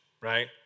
right